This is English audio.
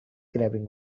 grabbing